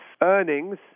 earnings